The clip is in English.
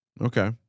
Okay